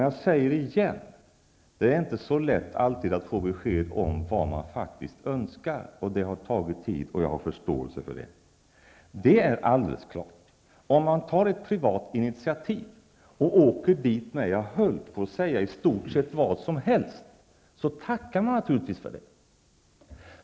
Jag säger igen: Det är inte alltid så lätt att få besked om vad mottagaren faktiskt önskar. Det har tagit tid, och jag har förståelse för det. Om man tar ett privat initiativ och åker i väg med i stort sett vad som helst, höll jag på att säga, tackar mottagaren naturligtvis för det.